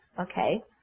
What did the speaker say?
Okay